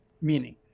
meaning